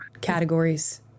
categories